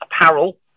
apparel